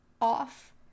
off